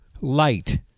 light